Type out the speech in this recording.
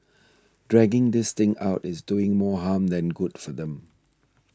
dragging this thing out is doing more harm than good for them